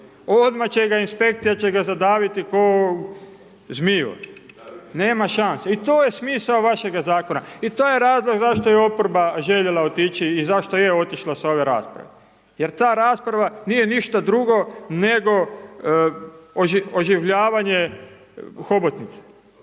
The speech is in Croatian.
Odmah će ga inspekcija će ga zadaviti ko zmiju, nema šanse. I to je smisao vašega Zakona, i to je razlog zašto je oporba željela otići i zašto je otišla sa ove rasprave. Jer ta rasprava nije ništa drugo nego oživljavanje hobotnice.